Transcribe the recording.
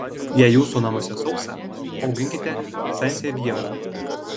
jei jūsų namuose sausa auginkite sansevjerą